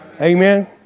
Amen